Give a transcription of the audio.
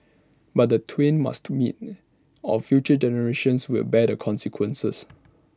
but the twain must meet or future generations will bear the consequences